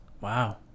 Wow